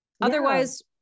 Otherwise